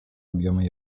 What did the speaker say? объема